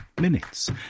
minutes